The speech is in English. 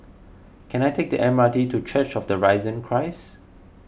can I take the M R T to Church of the Risen Christ